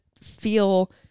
feel